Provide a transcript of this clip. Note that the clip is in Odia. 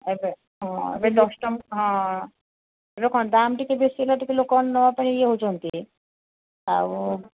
ଏବେ ହଁ ଏବେ ଦଶ ହଁ ଏବେ କ'ଣ ଦାମ ଟିକେ ବେଶୀ ହେଲେ ଲୋକମାନେ ନେବା ପାଇଁ ଇଏ ହେଉଛନ୍ତି ଆଉ